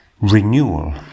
renewal